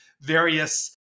various